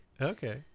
okay